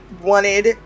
wanted